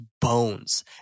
bones